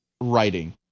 writing